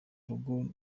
rugo